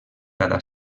cada